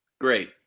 Great